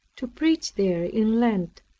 to preach there in lent.